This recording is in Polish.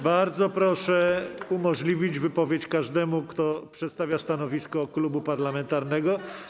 Bardzo proszę umożliwić wypowiedź każdemu, kto przedstawia stanowisko klubu parlamentarnego.